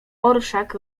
orszak